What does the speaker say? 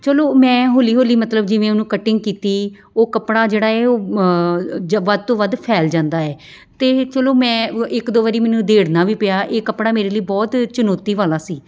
ਚਲੋ ਮੈਂ ਹੌਲੀ ਹੌਲੀ ਮਤਲਬ ਜਿਵੇਂ ਉਹਨੂੰ ਕਟਿੰਗ ਕੀਤੀ ਉਹ ਕੱਪੜਾ ਜਿਹੜਾ ਏ ਉਹ ਜ ਵੱਧ ਤੋਂ ਵੱਧ ਫੈਲ ਜਾਂਦਾ ਏ ਅਤੇ ਚਲੋ ਮੈਂ ਇੱਕ ਦੋ ਵਾਰੀ ਮੈਨੂੰ ਉਧੇੜਨਾ ਵੀ ਪਿਆ ਇਹ ਕੱਪੜਾ ਮੇਰੇ ਲਈ ਬਹੁਤ ਚੁਣੌਤੀ ਵਾਲਾ ਸੀ